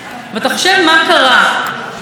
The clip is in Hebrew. שהיה צעיר ממנה ב-12 שנה,